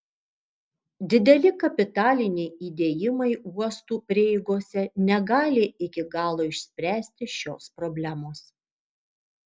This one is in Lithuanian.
dideli kapitaliniai įdėjimai uostų prieigose negali iki galo išspręsti šios problemos